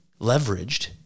leveraged